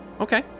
Okay